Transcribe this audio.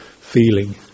feeling